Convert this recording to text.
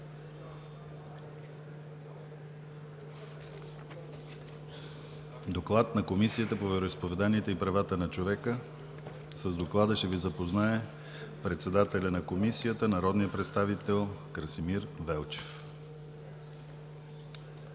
Доклад на Комисията по вероизповеданията и правата на човека. С доклада ще Ви запознае председателят на Комисията, народният представител Красимир Велчев.